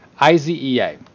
IZEA